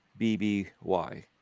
bby